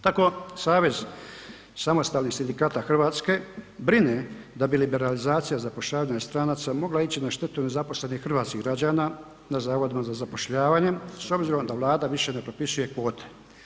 Tako Savez samostalnih sindikata Hrvatske brine da bi liberalizacija zapošljavanja stranaca mogla ići na štetu nezaposlenih hrvatskih građana na zavodima za zapošljavanje s obzirom da Vlada više ne propisuje kvote.